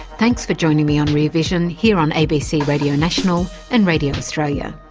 thanks for joining me on rear vision here on abc radio national and radio australia.